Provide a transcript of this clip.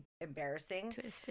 embarrassing